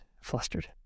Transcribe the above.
flustered